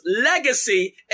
legacy